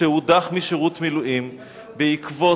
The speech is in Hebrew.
הוא הודח משירות מילואים בעקבות